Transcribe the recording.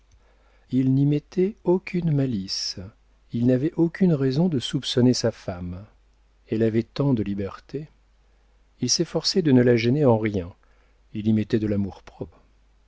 il n'y mettait aucune malice il n'avait aucune raison de soupçonner sa femme elle avait tant de liberté il s'efforçait de ne la gêner en rien il y mettait de